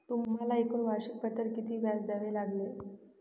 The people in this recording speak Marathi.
तुम्हाला एकूण वार्षिकी भत्त्यावर किती व्याज द्यावे लागले